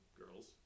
girls